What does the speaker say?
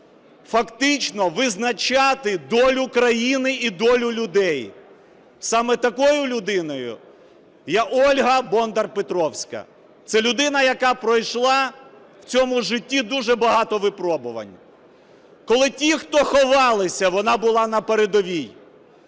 фактично визначати долю країни і долю людей. Саме такою людиною є Ольга Боднар-Петровська. Це людина, яка пройшла в цьому житті дуже багато випробувань. Коли ті, хто ховалися – вона була на передовій.